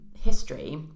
history